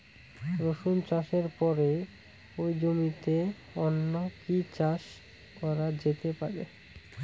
রসুন চাষের পরে ওই জমিতে অন্য কি চাষ করা যেতে পারে?